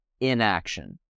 inaction